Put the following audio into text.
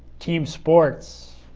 team sports,